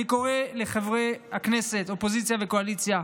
אני קורא לחברי הכנסת, אופוזיציה וקואליציה: